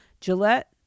Gillette